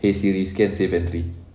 !hey! siri scan safe entry